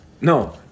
No